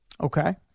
Okay